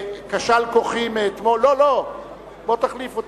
כשל כוחי מאתמול, בוא תחליף אותי.